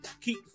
Keep